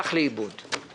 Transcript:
למה לא דיברתם גם איתי?